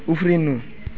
उफ्रिनु